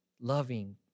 loving